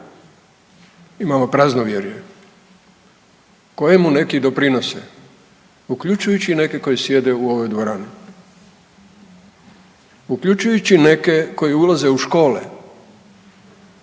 Imamo praznovjerje kojemu neki i doprinose uključujući i neke koji sjede u ovoj dvorani, uključujući neke koji ulaze u škole